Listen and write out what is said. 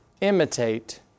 imitate